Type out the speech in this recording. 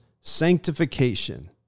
Sanctification